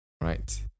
right